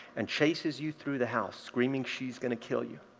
and chases you through the house screaming she's going to kill you,